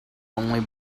only